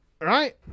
Right